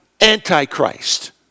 Antichrist